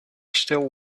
still